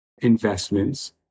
investments